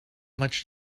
much